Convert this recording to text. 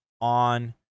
on